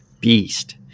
beast